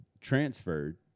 transferred